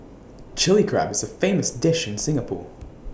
Chilli Crab is A famous dish in Singapore